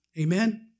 Amen